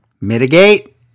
mitigate